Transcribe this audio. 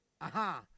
Aha